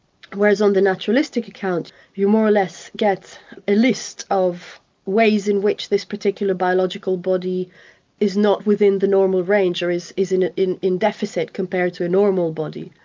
whereas on the naturalistic account you more or less get a list of ways in which this particular biological body is not within the normal range, or is is in ah in deficit compared to a normal body.